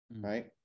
right